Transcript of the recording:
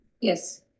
Yes